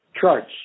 charts